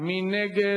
מי נגד?